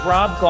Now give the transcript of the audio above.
Rob